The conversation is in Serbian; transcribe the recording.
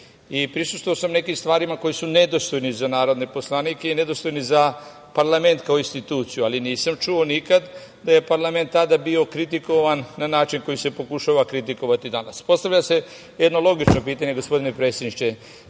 i prisustvovao sam nekim stvarima koje su nedostojne za narodne poslanike i nedostojne za parlament kao instituciju, ali nisam čuo nikad da je parlament tada bio kritikovan na način koji se pokušava kritikovati danas. Postavlja se jedno logično pitanje gospodine predsedniče